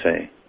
say